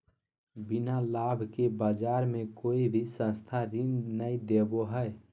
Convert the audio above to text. बिना लाभ के बाज़ार मे कोई भी संस्था ऋण नय देबो हय